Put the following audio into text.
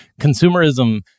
consumerism